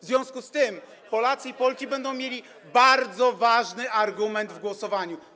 W związku z tym Polacy i Polki będą mieli bardzo ważny argument w głosowaniu.